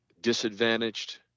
disadvantaged